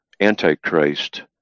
antichrist